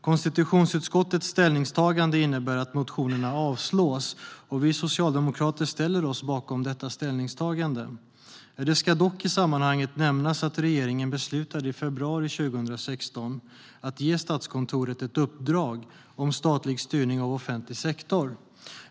Konstitutionsutskottets ställningstagande innebär att motionerna avslås, och vi socialdemokrater ställer oss bakom detta. Det ska dock i sammanhanget nämnas att regeringen i februari 2016 beslutade att ge Statskontoret ett uppdrag om statlig styrning av offentlig sektor.